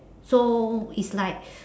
so it's like